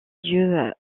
lieu